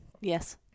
Yes